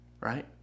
Right